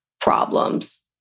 problems